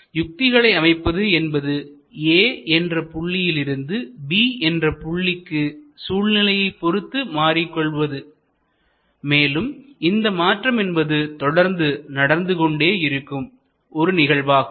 யுக்திகளை அமைப்பது என்பது A என்ற புள்ளியில் இருந்து B என்ற புள்ளிக்கு சூழ்நிலையைப் பொருத்து மாறிக் கொள்வது மேலும் இந்த மாற்றம் என்பது தொடர்ந்து நடந்து கொண்டே இருக்கும் ஒரு நிகழ்வாகும்